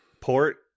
port